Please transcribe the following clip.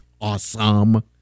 awesome